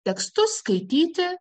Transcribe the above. tekstus skaityti